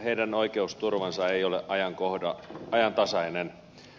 heidän oikeusturvansa ei ole ajantasainen